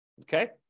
Okay